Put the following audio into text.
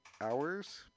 hours